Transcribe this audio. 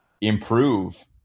improve